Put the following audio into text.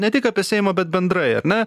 ne tik apie seimą bet bendrai ar ne